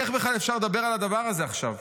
איך בכלל אפשר לדבר על הדבר הזה עכשיו?